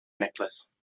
necklace